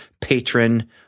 patron